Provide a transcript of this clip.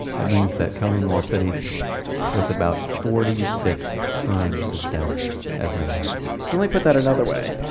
that means that kowloon walled city was about forty six times as dense as manhattan so let me put that another way.